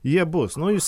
jie bus nu jūs